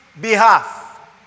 behalf